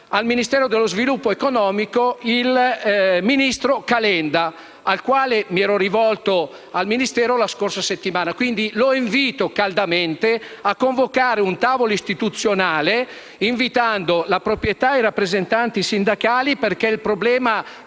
il ministro Calenda, al quale mi ero già rivolto la scorsa settimana e che invito caldamente a convocare un tavolo istituzionale con la proprietà e con i rappresentanti sindacali, perché il problema